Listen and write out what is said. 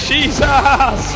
Jesus